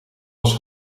was